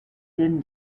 din